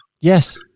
Yes